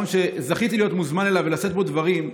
שזכיתי להיות מוזמן אליו ולשאת בו דברים,